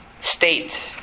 state